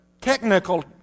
technical